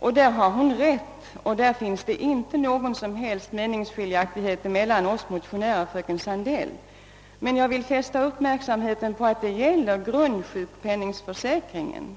och det har hon rätt i. Därvidlag finns det inte någon som helst meningsskiljaktighet mellan oss motionärer och fröken Sandell. Jag vill dock fästa uppmärksamheten på att detta gäller grundsjukpenningförsäkringen.